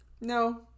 No